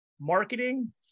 marketing